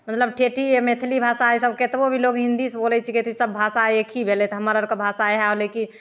बुझलक ठेठी मैथिली भाषा ईसब कतबो भी लोक हिन्दीसे बोलै छिकै ईसब भाषा एकहि भेलै तऽ हमर आओरके भाषा इएह होलै कि